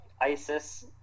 ISIS